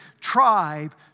tribe